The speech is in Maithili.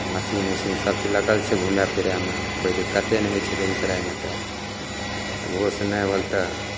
मशीन उशीन सबचीज लगल छै घुमै फिरैमे कोइ दिक्कते नहि होइ छै बेगूसरायमे तऽ ओहोसे नहि होल तऽ